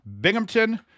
Binghamton